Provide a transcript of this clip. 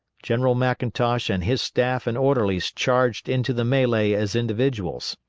general mcintosh and his staff and orderlies charged into the melee as individuals.